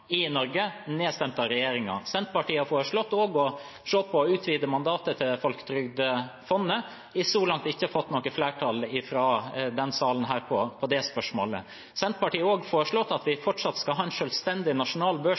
i Norge, nedstemt av regjeringen. Senterpartiet har foreslått å se på det å utvide mandatet til Folketrygdfondet, men har så langt ikke fått flertall i denne salen for det. Senterpartiet har også foreslått at vi fortsatt skal ha en selvstendig nasjonal